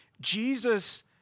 Jesus